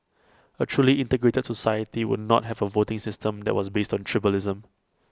A truly integrated society would not have A voting system that was based on tribalism